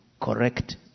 correct